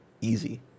easy